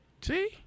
See